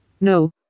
No